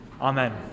amen